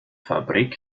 fabrik